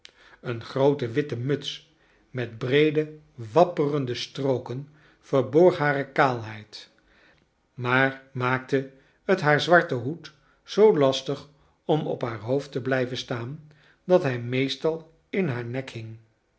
een groote witte muts met breede wapperende strooken verborg hare kaalheid maar maakte het haar zwarten hoed zoo lastig om op haar hoofd te blijven staan dat hij meestal in hear nek